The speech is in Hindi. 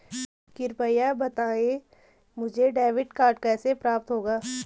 कृपया बताएँ मुझे डेबिट कार्ड कैसे प्राप्त होगा?